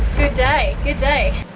good day, good day.